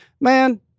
Man